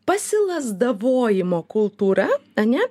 pasilazdavojimo kultūra ane